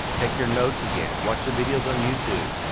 take your notes again. watch the videos on youtube,